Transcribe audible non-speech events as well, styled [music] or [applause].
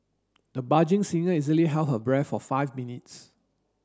the [unintelligible] singer easily held her breath for five minutes